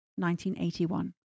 1981